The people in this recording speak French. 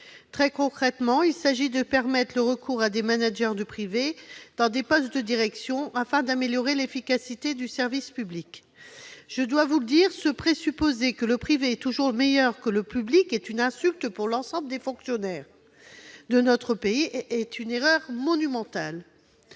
Très concrètement, il s'agit de permettre le recours à des managers du privé pour pourvoir des postes de direction, afin d'améliorer l'efficacité du service public. Je dois vous le dire, ce présupposé que le privé est toujours meilleur que le public est une insulte pour l'ensemble des fonctionnaires de notre pays et une erreur monumentale.